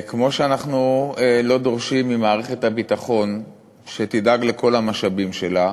כמו שאנחנו לא דורשים ממערכת הביטחון שתדאג לכל המשאבים שלה,